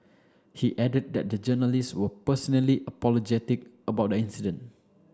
he added that the journalists were personally apologetic about the incident